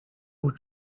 who